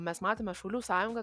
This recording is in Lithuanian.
mes matome šaulių sąjunga